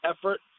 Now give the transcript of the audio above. effort